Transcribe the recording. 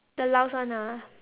the last one ah